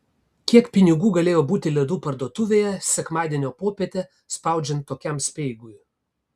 kiek pinigų galėjo būti ledų parduotuvėje sekmadienio popietę spaudžiant tokiam speigui